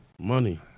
Money